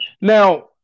Now